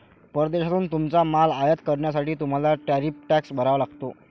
परदेशातून तुमचा माल आयात करण्यासाठी तुम्हाला टॅरिफ टॅक्स भरावा लागतो